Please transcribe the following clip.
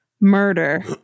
murder